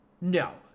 No